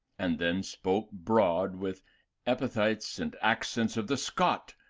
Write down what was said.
and then spoke broad, with epithites and accents of the scot,